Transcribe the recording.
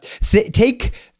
take